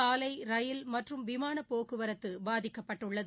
சாலை ரயில் மற்றம் விமானபோக்குவரத்துபாதிக்கப்பட்டுள்ளது